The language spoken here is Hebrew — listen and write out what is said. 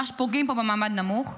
ממש פוגעים פה במעמד הנמוך.